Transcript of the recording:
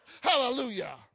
Hallelujah